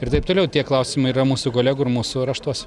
ir taip toliau tie klausimai yra mūsų kolegų ir mūsų raštuose